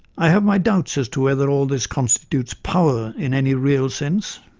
i have my doubts as to whether all this constitutes power in any real sense.